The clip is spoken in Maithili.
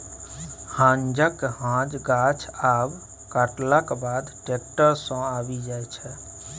हांजक हांज गाछ आब कटलाक बाद टैक्टर सँ आबि जाइ छै